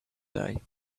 day